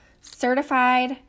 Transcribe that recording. certified